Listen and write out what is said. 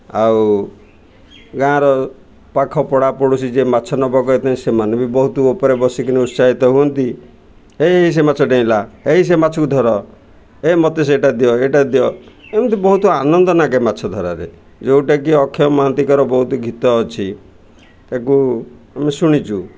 ଆଉ ଗାଁର ପାଖ ପଡ଼ା ପଡ଼ୋଶୀ ଯିଏ ମାଛ ନେବାକୁ ଆସିଥାଏ ସେମାନେ ବି ବହୁତ ଉପରେ ବସିକିନି ଉତ୍ସାହିତ ହୁଅନ୍ତି ହେଇ ସେ ମାଛ ଡେଇଁଲା ହେଇ ସେ ମାଛକୁ ଧର ହେ ମୋତେ ସେଇଟା ଦିଅ ଏଇଟା ଦିଅ ଏମିତି ବହୁତ ଆନନ୍ଦ ଲାଗେ ମାଛ ଧରାରେ ଯେଉଁଟାକି ଅକ୍ଷୟ ମହାନ୍ତିଙ୍କର ବହୁତ ଗୀତ ଅଛି ତାକୁ ଆମେ ଶୁଣିଛୁ